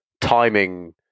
timing